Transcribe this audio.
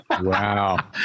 Wow